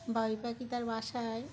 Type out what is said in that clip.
বাবুই পাখি তার বাসায়